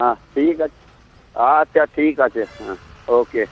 হ্যাঁ ঠিক আছে আচ্ছা ঠিক আছে হ্যাঁ ওকে